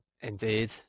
Indeed